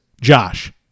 Josh